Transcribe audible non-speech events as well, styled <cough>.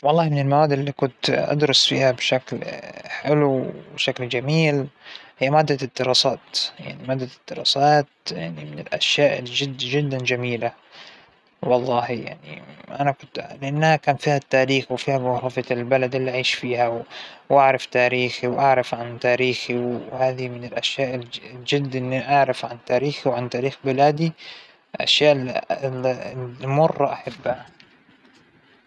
فى فترةٍ ما من حياتى، <hesitation> اتقنت الرماية، حبيت الرماية أتقنتها، <hesitation> لكن توقفت عنها من زمن، يعنى ما جيت مارستها إلى وقت فا <hesitation> ما بعرف كيف برجعلها، وما بعرف لوين وصل مستواى الحين، لكن أنا أحب الرماية مرة أحبها.